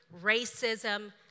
racism